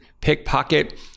pickpocket